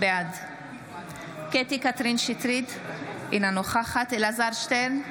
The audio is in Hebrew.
בעד קטי קטרין שטרית, אינה נוכחת אלעזר שטרן,